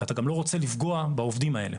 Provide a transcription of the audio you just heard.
כי אתה גם לא רוצה לפגוע בעובדים האלה.